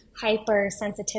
hypersensitivity